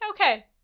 Okay